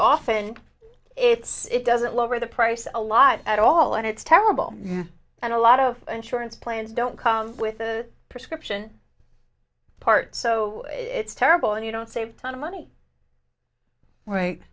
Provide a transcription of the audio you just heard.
often it's it doesn't lower the price a lot at all and it's terrible yeah and a lot of insurance plans don't come with the prescription part so it's terrible and you don't save ton of money right